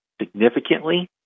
significantly